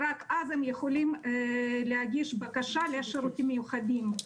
ורק אז הם יכולים להגיש בקשה לשירותים מיוחדים.